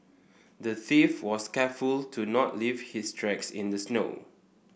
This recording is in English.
the thief was careful to not leave his tracks in the snow